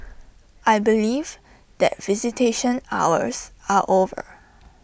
I believe that visitation hours are over